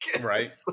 Right